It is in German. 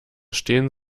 stehen